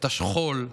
את השכול,